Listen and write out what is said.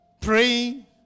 praying